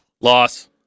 Loss